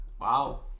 Wow